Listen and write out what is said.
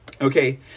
Okay